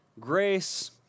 grace